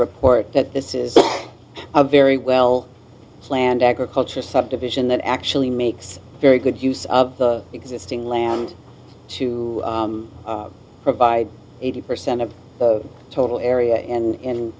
report that this is a very well planned agriculture subdivision that actually makes very good use of the existing land to provide eighty percent of the total area and a